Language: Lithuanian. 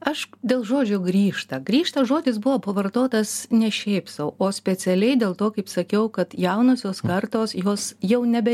aš dėl žodžio grįžta grįžta žodis buvo pavartotas ne šiaip sau o specialiai dėl to kaip sakiau kad jaunosios kartos jos jau nebe